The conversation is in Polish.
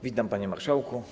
Witam, Panie Marszałku!